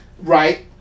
right